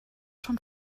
schon